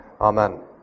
Amen